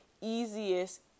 easiest